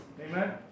Amen